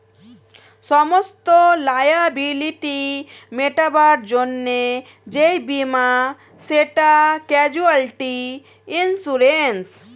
সমস্ত লায়াবিলিটি মেটাবার জন্যে যেই বীমা সেটা ক্যাজুয়ালটি ইন্সুরেন্স